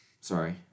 Sorry